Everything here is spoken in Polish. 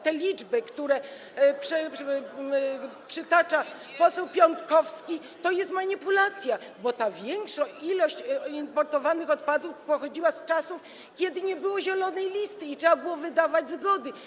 Te liczby, które przytacza poseł Piontkowski, to jest manipulacja, bo ta większa ilość importowanych odpadów pochodziła z czasów, kiedy nie było zielonej listy i trzeba było wydawać zgody.